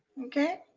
okay?